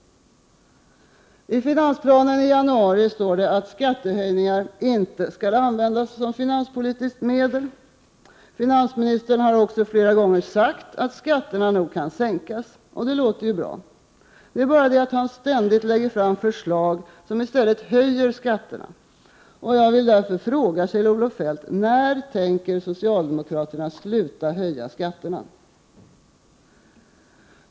I finansplanen från i januari står att skattehöjningar inte skall användas som finanspolitiskt medel. Finansministern har också flera gånger sagt att skatterna nog kan sänkas. Det låter ju bra. Det är bara det att han ständigt lägger fram förslag som i stället leder till skattehöjningar. Jag vill därför fråga Kjell-Olof Feldt: När tänker socialdemokraterna sluta höja skatterna?